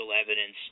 evidence